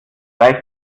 reicht